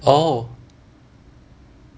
oh